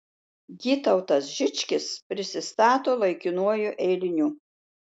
gytautas žičkis prisistato laikinuoju eiliniu